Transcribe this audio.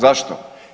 Zašto?